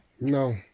No